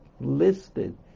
listed